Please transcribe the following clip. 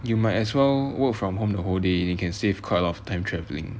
you might as well work from home the whole day you can save quite a lot of time travelling